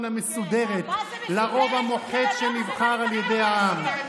המסודרת לרוב המוחץ שנבחר על ידי העם.